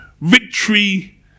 Victory